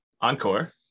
encore